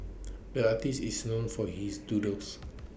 the artist is known for his doodles